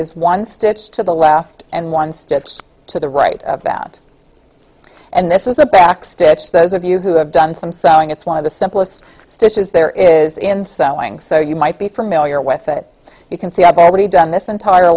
is one stitch to the left and one sticks to the right of that and this is the back stitch those of you who have done some sewing it's one of the simplest stitches there is in so doing so you might be familiar with it you can see i've already done this entire